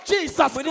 Jesus